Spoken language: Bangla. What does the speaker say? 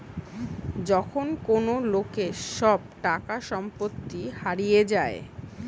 যখন কোন লোকের সব টাকা সম্পত্তি হারিয়ে যায়